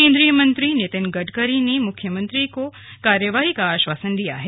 केंद्रीय मंत्री नितिन गड़करी ने मुख्यमंत्री को कार्रवाई का आश्वासन दिया है